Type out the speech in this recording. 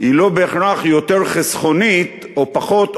לא בהכרח היא יותר חסכונית או פחות,